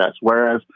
Whereas